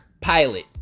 pilot